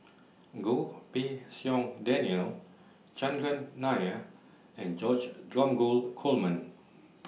Goh Pei Siong Daniel Chandran Nair and George Dromgold Coleman